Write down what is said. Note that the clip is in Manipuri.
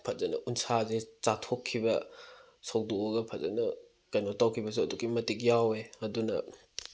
ꯐꯖꯅ ꯎꯟꯁꯥꯁꯦ ꯆꯥꯊꯣꯛꯈꯤꯕ ꯁꯧꯗꯣꯛꯑꯒ ꯐꯖꯅ ꯀꯩꯅꯣ ꯇꯧꯈꯤꯕꯁꯨ ꯑꯗꯨꯛꯀꯤ ꯃꯇꯤꯛ ꯌꯥꯎꯋꯦ ꯑꯗꯨꯅ